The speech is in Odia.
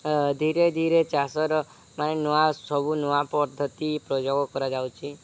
ଧୀରେ ଧୀରେ ଚାଷର ମାନେ ନୂଆ ସବୁ ନୂଆ ପଦ୍ଧତି ପ୍ରୟୋଗ କରାଯାଉଛି